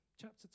chapter